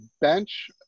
bench